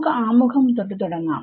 നമുക്ക് ആമുഖം തൊട്ട് തുടങ്ങാം